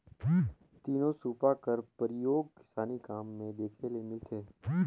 तीनो सूपा कर परियोग किसानी काम मे देखे ले मिलथे